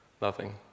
loving